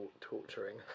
torturing